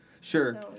Sure